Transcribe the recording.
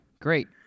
great